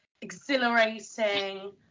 exhilarating